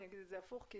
אני אגיד את זה הפוך כי